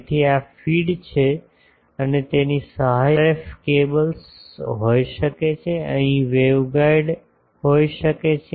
તેથી આ ફીડ છે અને તેની સહાયક વસ્તુ પણ ત્યાંથી કેબલ્સ હશે ત્યાંથી આરએફ કેબલ્સ હોઈ શકે અહીં વેવગાઇડ હોઈ શકે છે